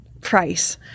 price